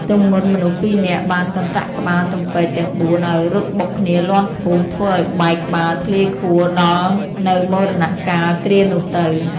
ទម្ងន់មនុស្សពីរនាក់បានកន្ត្រាក់ក្បាល ទំពែក ទាំងបួនឱ្យរត់បុកគ្នាលាន់ភូស ធ្វើឱ្យបែក ក្បាលធ្លាយខួរដល់នូវមរណកាលគ្រានោះទៅ។